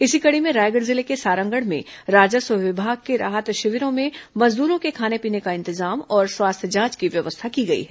इसी कड़ी में रायगढ़ जिले के सारंगढ़ में राजस्व विभाग के राहत शिविरों में मजदूरों के खाने पीने का इंतजाम और स्वास्थ्य जांच की व्यवस्था की गई है